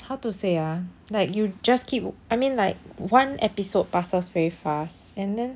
how to say ah like you just keep I mean like one episode passes very fast and then